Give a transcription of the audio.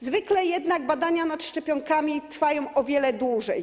Zwykle jednak badania nad szczepionkami trwają o wiele dłużej.